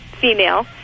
female